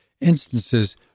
instances